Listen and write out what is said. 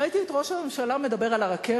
ראיתי את ראש הממשלה מדבר על הרכבת,